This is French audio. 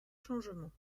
changements